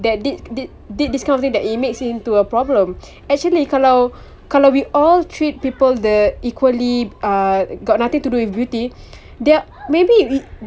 that did did did this kind of thing that it makes it into a problem actually kalau kalau we all treat people the equally uh got nothing to do with beauty there maybe